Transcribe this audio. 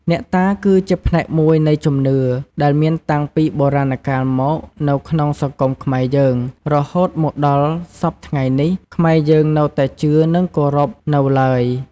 អ្នកតាគឺជាផ្នែកមួយនៃជំនឿ ដែលមានតាំងពីបុរាណកាលមកនៅក្នុងសង្គមខ្មែរយើង រហូតមកដល់សព្វថ្ងៃនេះខ្មែរយើងនៅតែជឿនិងគោរពនូវឡើយ។